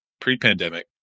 pre-pandemic